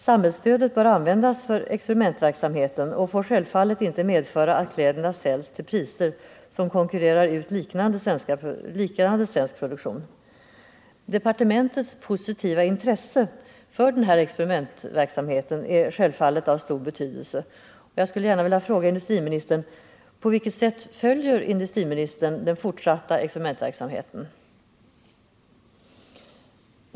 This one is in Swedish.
Samhällsstödet bör användas för experimentverksamheten och får självfallet inte medföra att kläderna säljs till priser som konkurrerar ut liknande svensk produktion. Departementets positiva intresse för denna experimentverksamhet är självfallet av stor betydelse. Jag skulle vilja fråga industriministern: På vilket sätt följer industriministern den fortsatta experimentverksamheten?